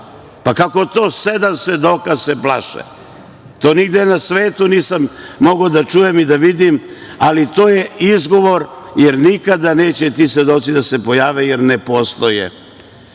Pa, kako to, sedam svedoka se plaše? To nigde na svetu nisam mogao da čujem i da vidim, ali to je izgovor, jer nikada neće ti svedoci da se pojave, jer ne postoje. Ovaj